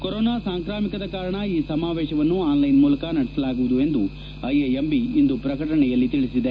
corona ಸಾಂಕ್ರಾಮಿಕದ ಕಾರಣ ಈ ಸಮಾವೇಶವನ್ನು ಆನ್ಲೈನ್ ಮೂಲಕ ನಡೆಸಲಾಗುವುದು ಎಂದು ಐಐಎಂಬಿ ಇಂದು ಪ್ರಕಟಣೆ ನೀಡಿದೆ